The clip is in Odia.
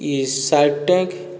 E shark tank